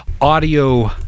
audio